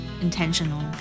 intentional